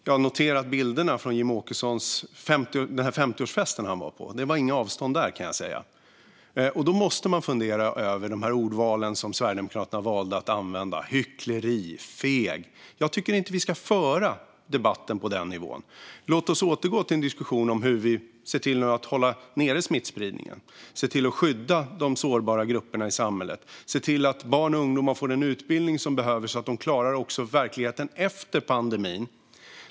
Jag har noterat bilderna från 50-årsfesten som Jimmie Åkesson var på, och det var inga avstånd där, kan jag säga. Man måste fundera över orden som Sverigedemokraterna använder, som "hyckleri" och "feg". Jag tycker inte att vi ska föra debatten på den nivån. Låt oss återgå till en diskussion om hur vi ser till att hålla smittspridningen nere och skydda de sårbara grupperna i samhället och hur vi ser till att barn och ungdomar får den utbildning som de behöver så att de klarar verkligheten efter pandemin.